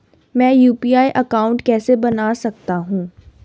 मैं UPI account कैसे बना सकता हूं?